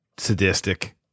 sadistic